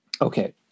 Okay